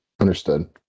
Understood